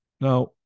Now